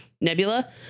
Nebula